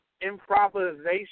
improvisation